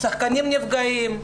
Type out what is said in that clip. שחקנים נפגעים,